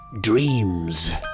dreams